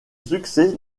succès